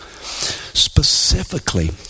Specifically